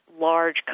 large